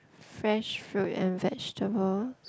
fresh fruit and vegetable